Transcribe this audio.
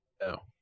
No